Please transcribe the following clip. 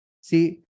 See